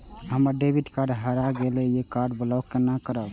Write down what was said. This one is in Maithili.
हमर डेबिट कार्ड हरा गेल ये कार्ड ब्लॉक केना करब?